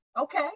okay